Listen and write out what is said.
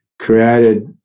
created